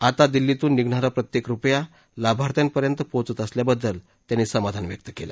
आता दिल्लीतून निघणारा प्रत्येक रुपया लाभार्थ्यांपर्यंत पोचत असल्याबद्दल त्यांनी समाधान व्यक्त केलं